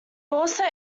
also